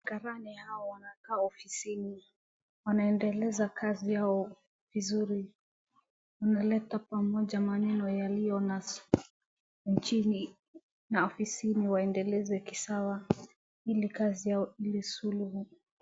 Karani hawa wanakaa ofisini wanaendeleza kazi yao vizuri wanaleta pamoja maneno yalio nchini na afisini waendeleze kisawa hii ni kazi yao suluhu